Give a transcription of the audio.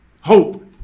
hope